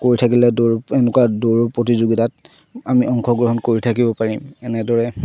কৰি থাকিলে দৌৰো এনেকুৱা দৌৰ প্ৰতিযোগিতাত আমি অংশগ্ৰহণ কৰি থাকিব পাৰিম এনেদৰে